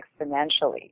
exponentially